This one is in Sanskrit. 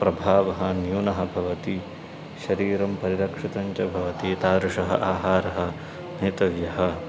प्रभावः न्यूनः भवति शरीरं परिरक्षितं च भवति तादृशः आहारः नेतव्यः